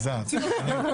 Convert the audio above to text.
תוציא אותה.